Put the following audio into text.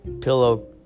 pillow